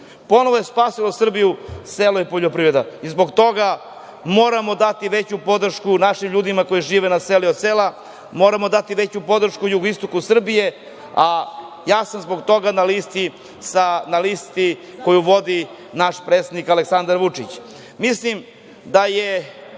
ponovo spasilo Srbiju. Zbog toga moramo dati veću podršku našim ljudima koji žive na selu i od sela. Moramo dati veću podršku jugoistoku Srbije, a ja sam zbog toga na listi koju vodi naš predsednik Aleksandar Vučić. Mislim da su